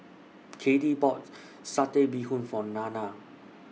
Caddie bought Satay Bee Hoon For Nanna